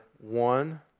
one